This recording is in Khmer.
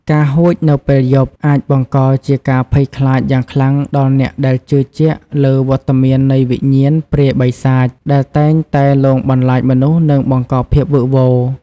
ការហួចនៅពេលយប់ អាចបង្កជាការភ័យខ្លាចយ៉ាងខ្លាំងដល់អ្នកដែលជឿជាក់លើវត្តមាននៃវិញ្ញាណព្រាយបិសាចដែលតែងតែលងបន្លាចមនុស្ស និងបង្កភាពវឹកវរ។